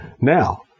Now